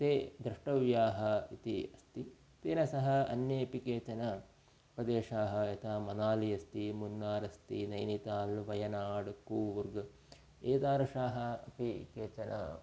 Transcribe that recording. ते द्रष्टव्याः इति अस्ति तेन सह अन्येऽपि केचन प्रदेशाः यथा मनाली अस्ति मुन्नार् अस्ति नैनिताल् वयनाड् कूर्ग् एतादृशाः अपि केचन